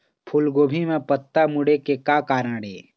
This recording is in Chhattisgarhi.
फूलगोभी म पत्ता मुड़े के का कारण ये?